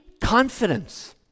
confidence